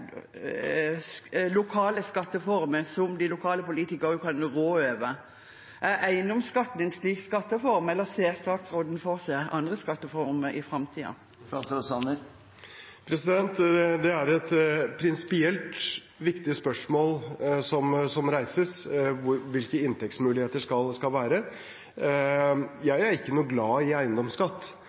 lokale skatteformer som lokalpolitikerne kan rå over. Er eiendomsskatten en slik skatteform, eller ser statsråden for seg andre skatteformer i framtiden? Det er et prinsipielt viktig spørsmål som reises, hvilke inntektsmuligheter det skal være. Jeg er ikke noe glad i eiendomsskatt,